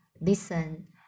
listen